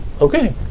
Okay